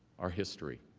our history,